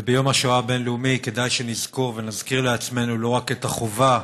וביום השואה הבין-לאומי כדאי שנזכור ונזכיר לעצמנו לא רק את החובה